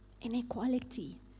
inequality